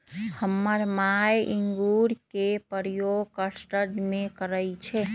हमर माय इंगूर के प्रयोग कस्टर्ड में करइ छै